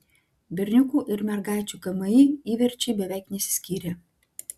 berniukų ir mergaičių kmi įverčiai beveik nesiskyrė